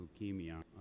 leukemia